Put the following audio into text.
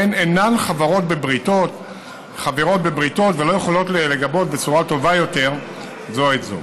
הן אינן חברות בבריתות ולא יכולות לגבות בצורה טובה יותר זו את זו.